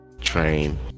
train